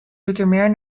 zoetermeer